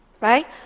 Right